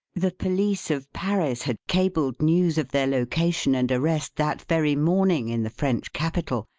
the police of paris had cabled news of their location and arrest that very morning in the french capital,